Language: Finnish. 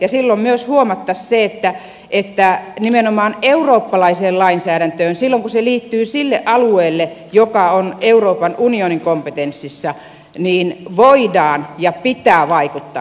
silloin myös huomattaisiin se että nimenomaan eurooppalaiseen lainsäädäntöön silloin kun se liittyy siihen alueeseen joka on euroopan unionin kompetenssissa voidaan ja pitää vaikuttaa kansallisesti